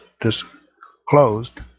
disclosed